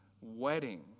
wedding